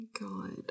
God